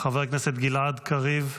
חבר הכנסת גלעד קריב,